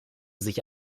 sich